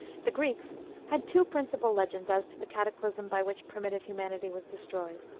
the greeks had two principal legends as to the cataclysm by which primitive humanity was destroyed.